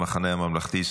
המחנה הממלכתי,